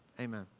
Amen